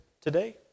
today